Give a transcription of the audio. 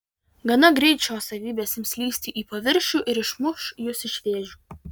gana greit šios savybės ims lįsti į paviršių ir išmuš jus iš vėžių